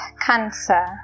cancer